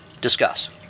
Discuss